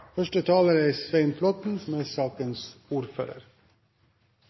Første talar er Per Roar Bredvold, som er ordførar